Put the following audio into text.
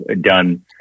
done